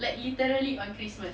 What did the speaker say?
like literally on christmas